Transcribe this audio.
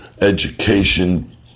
education